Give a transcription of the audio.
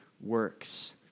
works